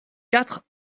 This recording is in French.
quatre